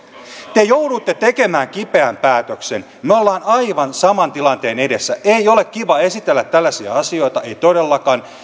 te jouduitte tekemään kipeän päätöksen me olemme aivan saman tilanteen edessä ei ole kiva esitellä tällaisia asioita ei todellakaan